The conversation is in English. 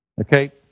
Okay